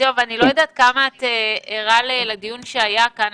אני לא יודעת כמה את ערה לדיון שהיה כאן.